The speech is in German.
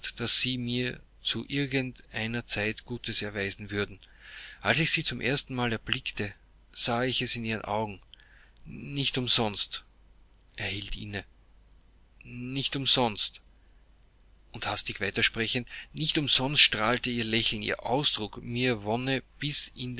daß sie mir zu irgend einer zeit gutes erweisen würden als ich sie zum erstenmal erblickte sah ich es in ihren augen nicht umsonst hier hielt er inne nicht umsonst und hastig weiter sprechend nicht umsonst strahlte ihr lächeln ihr ausdruck mir wonne bis in